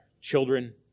children